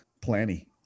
Plenty